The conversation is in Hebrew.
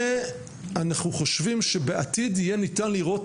ובעתיד אנחנו חושבים שניתן יהיה לראות